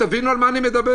תבינו על מה אני מדבר.